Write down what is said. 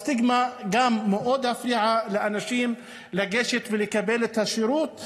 גם הסטיגמה מאוד הפריעה לאנשים לגשת ולקבל את השירות.